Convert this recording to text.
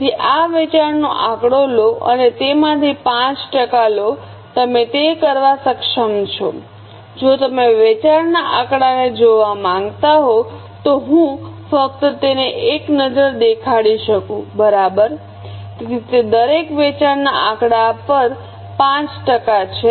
તેથી આ વેચાણનો આંકડો લો અને તેમાંથી 5 ટકા લો તમે તે કરવા સક્ષમ છો જો તમે વેચાણના આંકડાને જોવા માંગતા હો તો હું ફક્ત તેને એક નજર દેખાડી શકું બરાબર તે દરેક વેચાણના આંકડા પર 5 ટકા છે